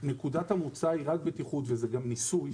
שנקודת המוצא היא רק בטיחות זה גם ניסוי,